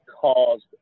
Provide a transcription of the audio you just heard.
caused